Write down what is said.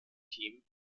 team